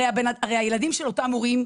הרי הילדים של אותם הורים,